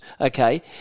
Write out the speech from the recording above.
okay